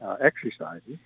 exercises